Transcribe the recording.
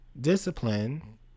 discipline